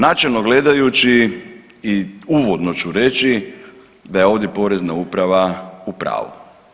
Načelno gledajući i uvodno ću reći da je ovdje Porezna uprava u pravu.